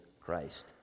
Christ